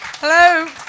Hello